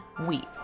weep